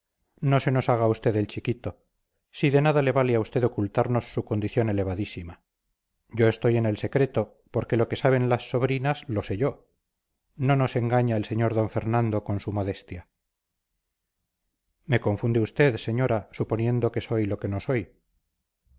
no se nos haga usted el chiquito si de nada le vale a usted ocultarnos su condición elevadísima yo estoy en el secreto porque lo que saben las sobrinas lo sé yo no nos engaña el sr d fernando con su modestia me confunde usted señora suponiendo que soy lo que no soy